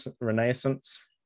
Renaissance